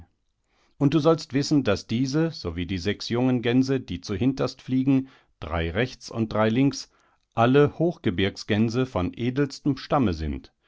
nuolja du sollst auch wissen daß die zweite gans zur rechten kolme von svappavaraist unddahinterfliegtviisivondenoviksbergenundkuusivon sjangeli unddusollstwissen daßdiese sowiediesechsjungengänse die zu hinterst fliegen drei rechts und drei links alle hochgebirgsgänse von edelstem stamme sind